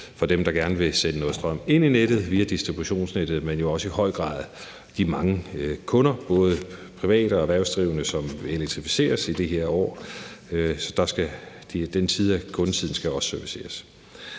for dem, der gerne vil sende noget strøm ind i nettet via distributionsnettet, men jo også i høj grad de mange kunder, både private og erhvervsdrivende, som elektrificeres i de her år. Den side, kundesiden, skal også serviceres.